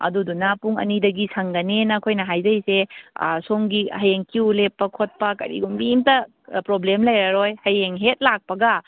ꯑꯗꯨꯗꯨꯅ ꯄꯨꯡ ꯑꯅꯤꯗꯒꯤ ꯁꯪꯒꯅꯦꯅ ꯑꯩꯈꯣꯏꯅ ꯍꯥꯏꯖꯩꯁꯦ ꯁꯣꯝꯒꯤ ꯍꯌꯦꯡ ꯀ꯭ꯌꯨ ꯂꯦꯞꯄ ꯈꯣꯠꯄ ꯀꯔꯤꯒꯨꯝꯕ ꯑꯃꯇ ꯄ꯭ꯔꯣꯕ꯭ꯂꯦꯝ ꯂꯩꯔꯔꯣꯏ ꯍꯌꯦꯡ ꯍꯦꯛ ꯂꯥꯛꯄꯒ